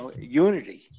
Unity